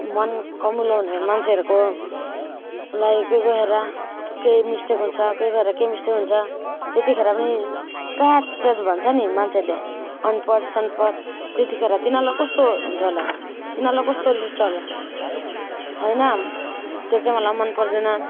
मन कमुलो हुने मान्छेहरूको लाई गएर केही मिस्टेक हुन्छ केहीखेर केही मिस्टेक हुन्छ त्यतिखेर पनि प्याच प्याच भन्छ नि मान्छेहरूले अनपढ सनपढ त्यतिखेर तिनीहरूलाई कस्तो हुन्छ होला तिनीहरूलाई कस्तो रिस उठ्छ होला होइन त्यो चाहिँ मलाई मन पर्दैन